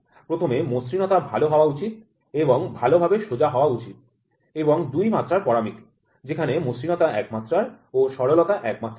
প্রথমে মসৃণতা ভাল হওয়া উচিত এবং ভালভাবে সোজা হওয়া উচিত এবং ২ মাত্রার পরামিতি যেখানে মসৃণতা ১ মাত্রার ও সরলতা ১ মাত্রার হয়